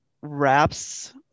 wraps